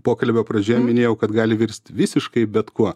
pokalbio pradžioje minėjau kad gali virsti visiškai bet kuo